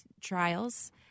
trials